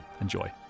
Enjoy